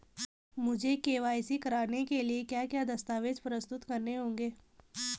मुझे के.वाई.सी कराने के लिए क्या क्या दस्तावेज़ प्रस्तुत करने होंगे?